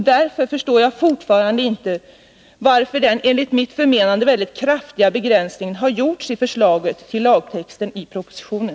Därför förstår jag fortfarande inte varför den enligt mitt förmenande kraftiga begränsningen gjorts i förslaget till lagtext i propositionen.